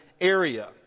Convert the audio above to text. area